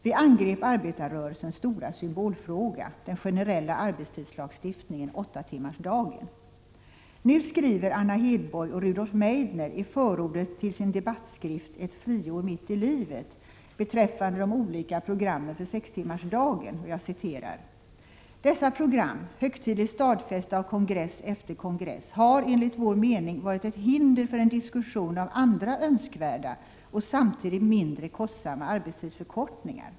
Vi angrep arbetarrörelsens stora symbolfråga — den generella arbetstidslagstiftningen, åttatimmarsdagen. Nu skriver Anna Hedborg och Rudolf Meidner i förordet till sin debattskrift ”Ett friår mitt i livet” beträffande de olika programmen för sextimmarsdagen: ”Dessa program, högtidligt stadfästa av kongress efter kongress, har enligt vår mening varit ett hinder för en diskussion av andra önskvärda och samtidigt mindre kostsamma arbetstidsförkortningar.